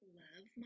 love